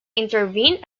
intervened